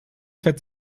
fett